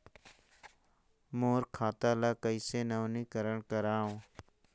मोर खाता ल कइसे नवीनीकरण कराओ?